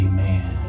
Amen